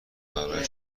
برای